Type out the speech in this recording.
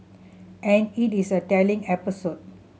and it is a telling episode